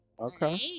Okay